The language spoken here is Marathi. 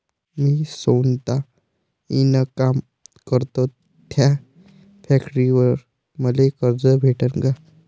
मी सौता इनकाम करतो थ्या फॅक्टरीवर मले कर्ज भेटन का?